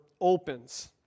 opens